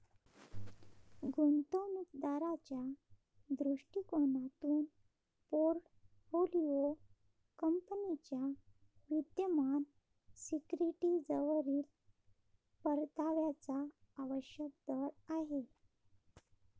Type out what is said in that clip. गुंतवणूक दाराच्या दृष्टिकोनातून पोर्टफोलिओ कंपनीच्या विद्यमान सिक्युरिटीजवरील परताव्याचा आवश्यक दर आहे